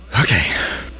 Okay